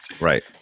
Right